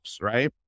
right